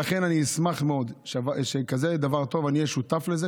לכן אני אשמח מאוד שאהיה שותף לדבר כזה טוב,